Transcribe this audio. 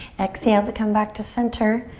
exhale to come back to center.